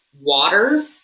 water